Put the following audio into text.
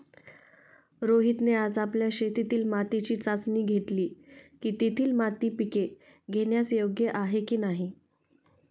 रोहितने आज आपल्या शेतातील मातीची चाचणी घेतली की, तेथील माती पिके घेण्यास योग्य आहे की नाही